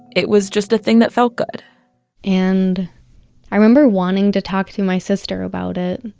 it was just a thing that felt good and i remember wanting to talk to my sister about it.